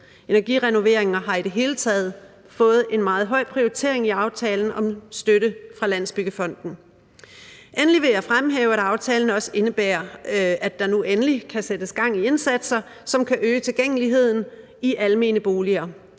Energirenoveringer har i det hele taget fået en meget høj prioritering i aftalen om støtte fra Landsbyggefonden. Endelig vil jeg fremhæve, at aftalen også indebærer, at der nu endelig kan sættes gang i indsatser, som kan øge tilgængeligheden i almene boliger.